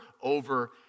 over